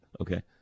okay